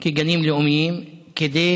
כגנים הלאומיים כדי